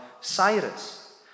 Cyrus